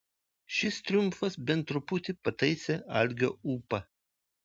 šis triumfas bent truputį pataisė algio ūpą